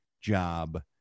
job